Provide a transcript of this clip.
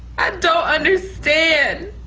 i don't understand.